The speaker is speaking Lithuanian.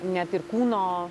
net ir kūno